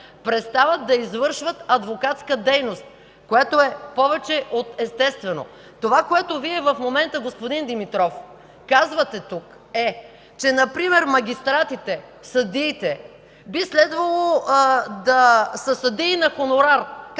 престават да извършват адвокатска дейност, което е повече от естествено. Това, което Вие в момента, господин Димитров, казвате тук, е, че например магистратите, съдиите би следвало да са съдии на хонорар,